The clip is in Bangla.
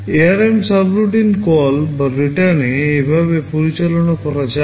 এআরএম সাবরুটিন কল রিটার্নে এভাবে পরিচালনা করা যায়